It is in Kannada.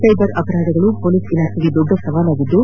ಸ್ಲೆಬರ್ ಅಪರಾಧಗಳು ಮೊಲೀಸ್ ಇಲಾಖೆಗೆ ದೊಡ್ಡ ಸವಲಾಗಿದ್ದು